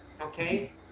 okay